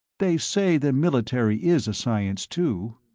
they say the military is a science, too.